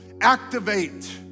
activate